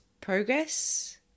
progress